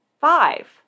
five